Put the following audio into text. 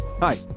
Hi